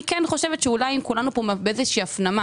אני כן חושבת שאולי אם כולנו פה באיזה שהיא הפנמה